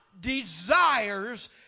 desires